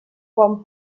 quan